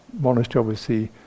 Monastery